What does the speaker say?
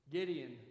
Gideon